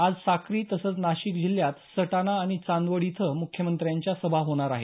आज साक्री तसंच नाशिक जिल्ह्यात सटाणा आणि चांदवड इथं मुख्यमंत्र्यांच्या सभा होणार आहेत